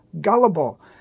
gullible